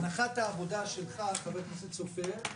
הנחת העבודה שלך, חבר הכנסת סופר,